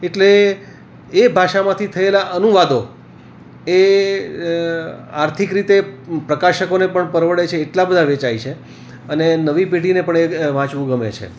એટલે એ ભાષામાંથી થયેલા અનુવાદો એ આર્થિક રીતે પ્રકાશકોને પણ પરવડે છે એટલા બધા વેચાય છે અને નવી પેઢીને પણ એ વાંચવું ગમે છે